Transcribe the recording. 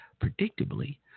predictably